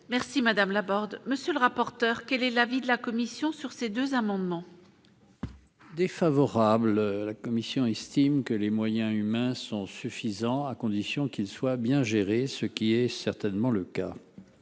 Merci madame Laborde, monsieur le rapporteur, quel est l'avis de la commission sur ces deux amendements. Défavorable la commission estime que les moyens humains sont suffisants à condition qu'il soit bien géré, ce qui est certainement le cas.